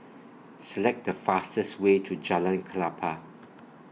Select The fastest Way to Jalan Klapa